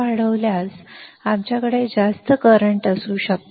वाढवल्यास आमच्याकडे जास्त करंट असू शकते